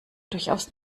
durchaus